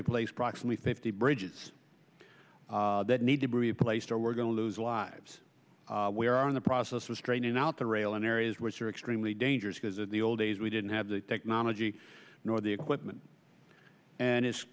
replace proximity fifty bridges that need to be replaced or we're going to lose lives we are in the process was draining out the rail in areas which are extremely dangerous because in the old days we didn't have the technology nor the equipment and